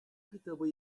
kitabı